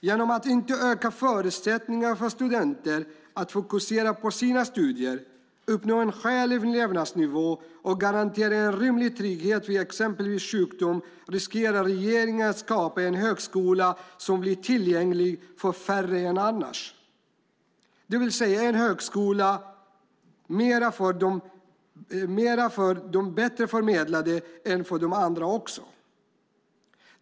Genom att inte öka förutsättningarna för studenter att fokusera på sina studier, uppnå skälig levnadsstandard och garantera en rimlig trygghet vid exempelvis sjukdom riskerar regeringen att skapa en högskola som blir tillgänglig för färre än annars, det vill säga en högskola mer för de bättre bemedlade än för andra.